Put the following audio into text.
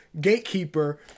gatekeeper